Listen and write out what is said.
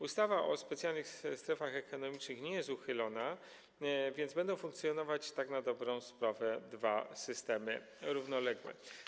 Ustawa o specjalnych strefach ekonomicznych nie jest uchylona, więc będą funkcjonować tak na dobrą sprawę dwa systemy równoległe.